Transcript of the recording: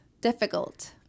difficult